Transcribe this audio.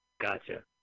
Gotcha